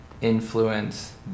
influence